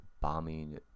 bombing